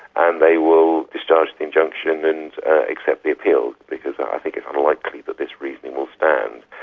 and they will discharge the injunction and accept the appeal because i think it's unlikely that this reasoning will stand.